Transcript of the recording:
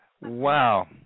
Wow